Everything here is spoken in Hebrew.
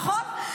נכון?